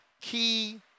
key